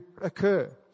occur